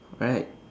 right